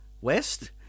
west